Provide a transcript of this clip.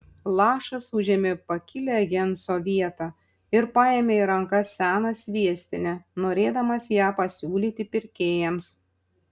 lašas užėmė pakilią jenso vietą ir paėmė į rankas seną sviestinę norėdamas ją pasiūlyti pirkėjams